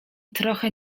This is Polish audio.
trochę